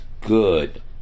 good